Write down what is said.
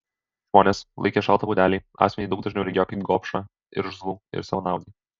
žmonės laikę šaltą puodelį asmenį daug dažniau regėjo kaip gobšą irzlų ir savanaudį